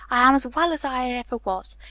i am as well as i ever was.